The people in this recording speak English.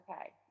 okay